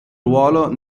ruolo